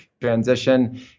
transition